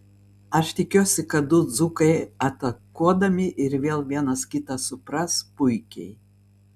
aš tikiuosi kad du dzūkai atakuodami ir vėl vienas kitą supras puikiai